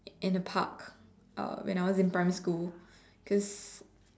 in the park uh when I was in primary school cause